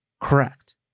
correct